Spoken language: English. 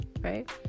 right